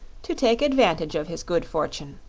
to take advantage of his good fortune.